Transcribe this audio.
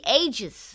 ages